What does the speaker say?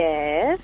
Yes